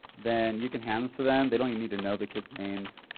then you can hand this to them. they don't need to know the kids names.